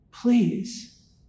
Please